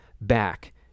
back